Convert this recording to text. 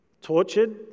tortured